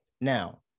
Now